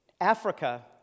Africa